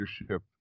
leadership